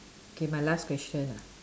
K my last question ah